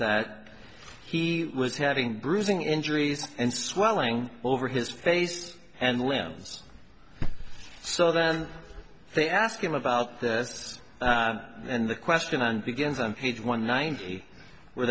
that he was having bruising injuries and swelling over his face and limbs so then they asked him about this and the question and begins on page one ninety w